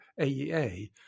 AEA